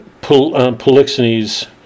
Polixenes